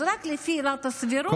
אז רק לפי עילת הסבירות היה בסיס.